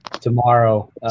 tomorrow